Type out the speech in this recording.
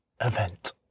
event